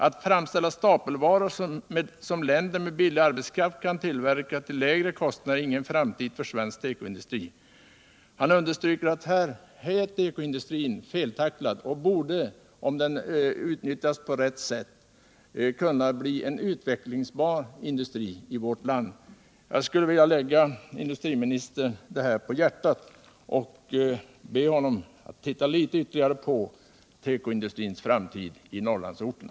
Att framställa stapelvaror som länder med billig arbetskraft kan tillverka till lägre kostnad är ingen framtid för svensk tekoindustri.” Sighsten Herrgård understryker att tekokrisen är feltacklad och att tekoindustrin borde kunna bli en utvecklingsbar industri i vårt land, om den utnyttjades på rätt sätt. Jag skulle vilja lägga industriministern detta på hjärtat och be honom att se litet ytterligare på tekoindustrins framtid i Norrlandsorterna.